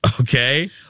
Okay